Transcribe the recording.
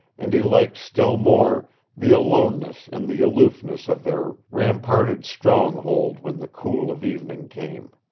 and he liked still more the aloneness and the aloofness of their ramparted stronghold when the cool of evening came.